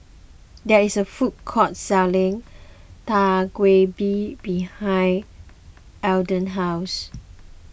there is a food court selling Dak Galbi behind Ardell's house